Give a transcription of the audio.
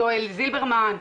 יואל זילברמן,